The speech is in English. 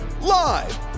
live